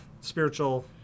spiritual